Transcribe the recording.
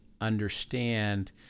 understand